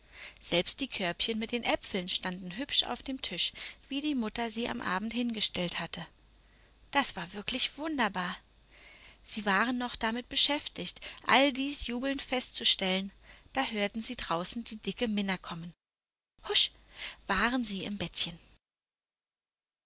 selbst die körbchen mit den äpfeln standen hübsch auf dem tisch wie die mutter sie am abend hingestellt hatte das war wirklich wunderbar sie waren noch damit beschäftigt all dies jubelnd festzustellen da hörten sie draußen die dicke minna kommen husch waren sie im bettchen